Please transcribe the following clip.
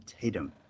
Tatum